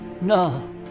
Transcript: no